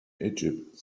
egypt